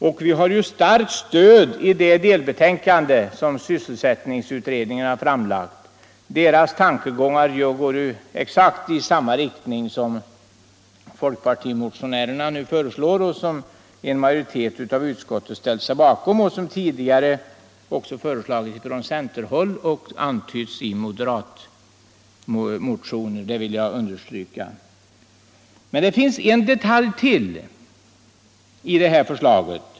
Och där har vi starkt stöd i det delbetänkande som sysselsättningsutredningen har lagt fram. Utredningens tankegångar går nämligen exakt i den riktning som folkpartimotionärerna har föreslagit, som en majoritet i utskottet har ställt sig bakom och som tidigare också har föreslagits från centerhåll och antytts i moderatmotioner; det vill jag understryka. Men det finns en detalj till i detta förslag.